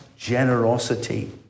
Generosity